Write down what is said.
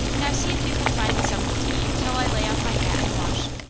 now see if you can find me something to eat till i lay off my hat and wash.